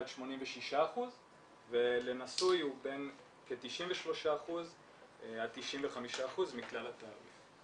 עד 86% ולנשוי הוא בין כ-93% עד 95% מכלל התעריף.